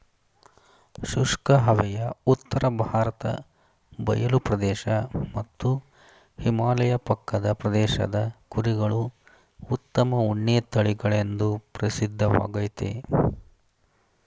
ಶುಷ್ಕ ಹವೆಯ ಉತ್ತರ ಭಾರತ ಬಯಲು ಪ್ರದೇಶ ಮತ್ತು ಹಿಮಾಲಯ ಪಕ್ಕದ ಪ್ರದೇಶದ ಕುರಿಗಳು ಉತ್ತಮ ಉಣ್ಣೆ ತಳಿಗಳೆಂದು ಪ್ರಸಿದ್ಧವಾಗಯ್ತೆ